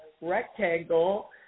rectangle